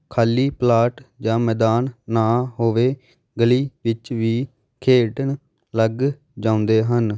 ਖਾਲੀ ਪਲਾਟ ਜਾਂ ਮੈਦਾਨ ਨਾ ਹੋਵੇ ਗਲੀ ਵਿੱਚ ਵੀ ਖੇਡਣ ਲੱਗ ਜਾਂਦੇ ਹਨ